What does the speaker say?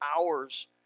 hours